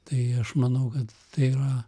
tai aš manau kad tai yra